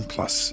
Plus